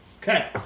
Okay